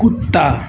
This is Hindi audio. कुत्ता